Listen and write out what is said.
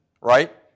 right